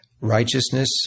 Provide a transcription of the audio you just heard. righteousness